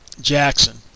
Jackson